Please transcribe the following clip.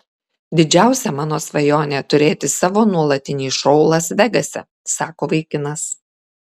didžiausia mano svajonė turėti savo nuolatinį šou las vegase sako vaikinas